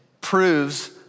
proves